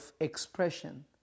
expression